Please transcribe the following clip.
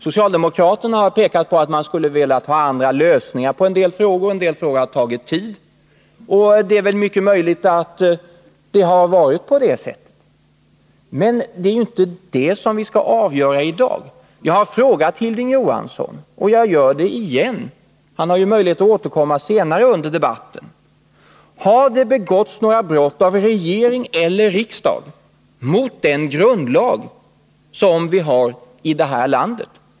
Socialdemokraterna har pekat på att man skulle velat ha andra lösningar beträffande en del frågor, att en del frågor har tagit tid. Det är mycket möjligt att det varit på det sättet, men det är inte det vi skall avgöra i dag. Jag har frågat Hilding Johansson och jag gör det igen — han har möjlighet att återkomma senare under debatten: Har det begåtts några brott av regering eller riksdag mot den grundlag som vi har i det här landet?